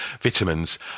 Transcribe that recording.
vitamins